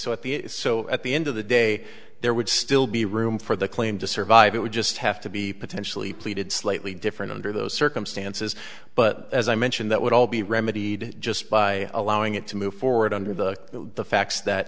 so at the is so at the end of the day there would still be room for the claim to survive it would just have to be potentially pleated slightly different under those circumstances but as i mentioned that would all be remedied just by allowing it to move forward under the facts that